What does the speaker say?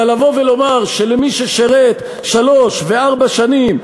אבל לבוא ולומר שלמי ששירת שלוש וארבע שנים,